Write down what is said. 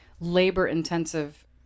labor-intensive